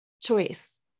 choice